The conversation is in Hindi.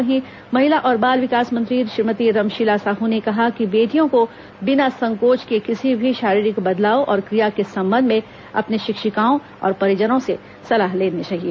वहीं महिला और बाल विकास मंत्री श्रीमती रमशीला साह् ने कहा कि बेटियों को बिना संकोच के किसी भी शारीरिक बदलाव और क्रिया के संबंध में अपने शिक्षिकाओं और परिजनों से सलाह लेना चाहिए